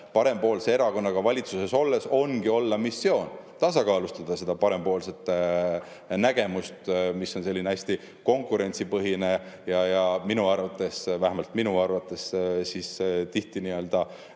parempoolse erakonnaga valitsuses olles ongi olla missioon: tasakaalustada seda parempoolset nägemust, mis on hästi konkurentsipõhine ja vähemalt minu arvates tihti jätab